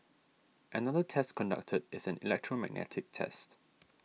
another test conducted is an electromagnetic test